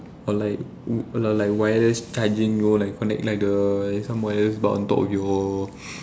or like oh or like wireless charging you know connect like the you some wires on top of you all